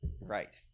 Right